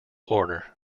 order